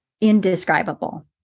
indescribable